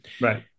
Right